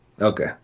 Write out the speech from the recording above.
Okay